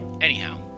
Anyhow